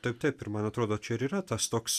taip taip ir man atrodo čia ir yra tas toks